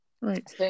Right